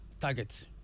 targets